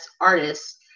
artists